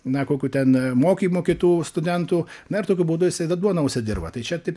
na kokių ten mokymu kitų studentų na ir tokiu būdu jisia tą duoną užsidirba tai čia taip